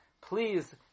please